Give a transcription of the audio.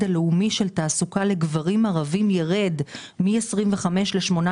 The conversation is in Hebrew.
הלאומי של תעסוקה לגברים ערבים ירד מ-25 ל-18,